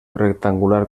rectangular